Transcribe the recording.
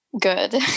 good